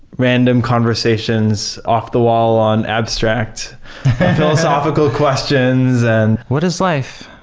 random conversations off the wall on abstract philosophical questions. and what is life?